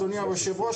אדוני היושב ראש,